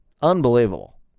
Unbelievable